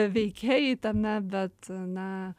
veikėjai tame bet na